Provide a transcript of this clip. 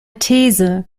these